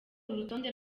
urutonde